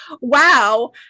wow